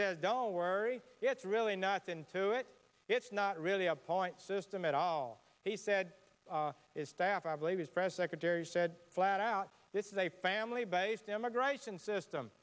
ah worry it's really not into it it's not really a point system at all he said is staff i believe his press secretary said flat out this is a family based immigration system